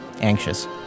anxious